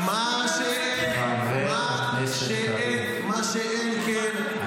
-- מה שאין כן -- חבר הכנסת קריב.